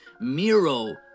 Miro